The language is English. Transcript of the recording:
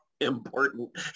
important